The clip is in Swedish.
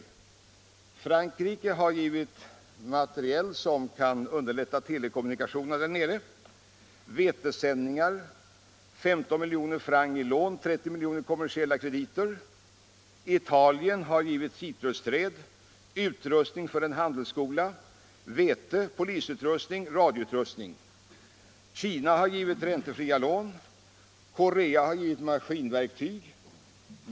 Frankrike har givit materiel som kan underlätta telekommunikationerna, vetesändningar, 15 miljoner francs i lån och 30 miljoner i kommersiella krediter. Italien har givit citrusträd, utrustning för en handelsskola, vete, polisutrustning och radioutrustning. Kina har givit räntefria lån. Korea har givit maskinverktyg.